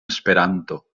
esperanto